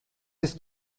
ist